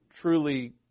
truly